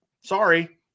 sorry